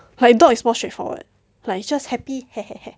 like dog is more straightforward like just happy